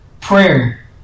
prayer